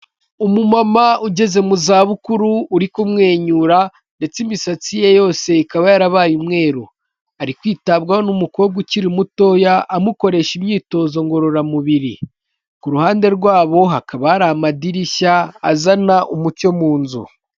Umumama ugeze mu zabukuru uri kumwenyura ndetse imisatsi ye yose ikaba yarabaye umweru, ari kwitabwaho n'umukobwa ukiri mutoya amukoresha imyitozo ngororamubiri, ku ruhande rwabo hakaba hari amadirishya azana umucyo mu nzu.